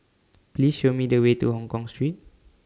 Please Show Me The Way to Hongkong Street